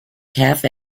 cafe